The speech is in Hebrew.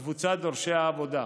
לקבוצת דורשי עבודה.